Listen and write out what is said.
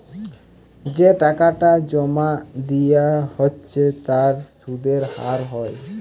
যে টাকাটা জোমা দিয়া হচ্ছে তার সুধের হার হয়